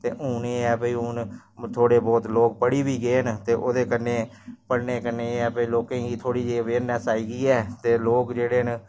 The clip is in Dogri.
पैह्लै डेटशीट अठमीं दसमीं बच्चे पेपर बी गोरमैंट कोई बी पेपर होऐ गेरमैंट पैह्लै भेजीओड़दी पैह्सलै लोकैं गी पढ़ाई दे बारैं च कुछ बी नीं पता हा अज्जकल